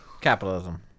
Capitalism